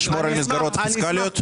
לשמור על המסגרות הפיסקליות?